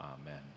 Amen